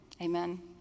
Amen